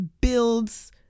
builds